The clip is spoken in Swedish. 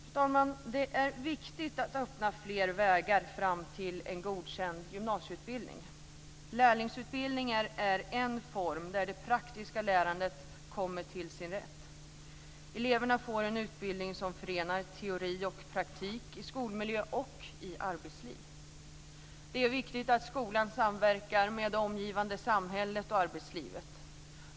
Fru talman! Det är viktigt att öppna fler vägar fram till en godkänd gymnasieutbildning. Lärlingsutbildning är en form där det praktiska lärandet kommer till sin rätt. Eleverna får en utbildning som förenar teori och praktik i skolmiljö och i arbetsliv. Det är viktigt att skolan samverkar med det omgivande samhället och arbetslivet.